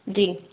जी